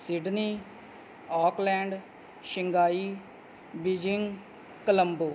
Sydney Auckland Shanghai Beijing Colombo